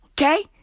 Okay